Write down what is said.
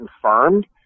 confirmed